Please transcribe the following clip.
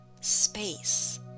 space